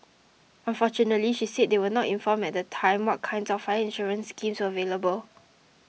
unfortunately she said they were not informed at the time what kinds of fire insurance schemes were available